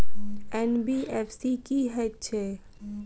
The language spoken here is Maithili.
एन.बी.एफ.सी की हएत छै?